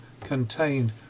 contained